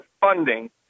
funding